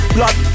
Blood